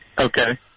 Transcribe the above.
Okay